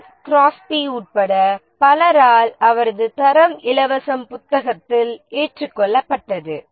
flip Crosby உட்பட பலரால் அவரது "தரம் இலவசம்" புத்தகத்தில் ஏற்றுக்கொள்ளப்பட்டது